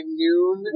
noon